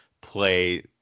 play